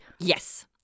Yes